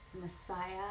Messiah